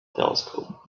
telescope